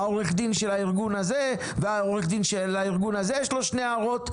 עורך הדין של הארגון הזה ולעורך הדין הזה יש לו שתי הערות.